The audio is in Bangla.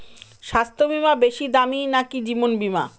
স্বাস্থ্য বীমা বেশী দামী নাকি জীবন বীমা?